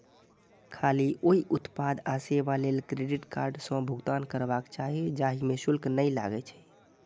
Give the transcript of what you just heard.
खाली ओइ उत्पाद आ सेवा लेल क्रेडिट कार्ड सं भुगतान करबाक चाही, जाहि मे शुल्क नै लागै छै